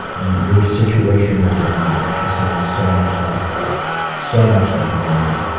your situation with your mom. she sounds so much like so much like my mom.